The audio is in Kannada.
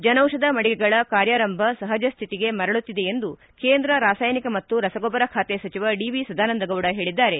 ಜನೌಷಧ ಮಳಿಗೆಗಳ ಕಾರ್ಯಾರಂಭ ಸಹಜ ಸ್ಥಿತಿಗೆ ಮರಳುತ್ತಿದೆ ಎಂದು ಕೇಂದ್ರ ರಾಸಾಯನಿಕ ಮತ್ತು ರಸಗೊಬ್ಬರ ಖಾತೆ ಸಚಿವ ಡಿ ವಿ ಸದಾನಂದ ಗೌಡ ಹೇಳಿದ್ದಾರೆ